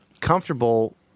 comfortable